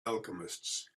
alchemists